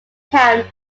town